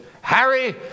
Harry